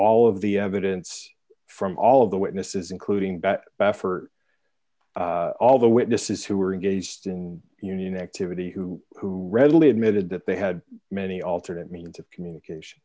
all of the evidence from all of the witnesses including bat baffert all the witnesses who were engaged in union activity who readily admitted that they had many alternate means of communication